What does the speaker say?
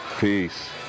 Peace